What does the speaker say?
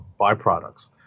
byproducts